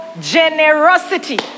Generosity